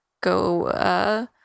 go